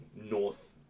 North